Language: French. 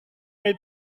mais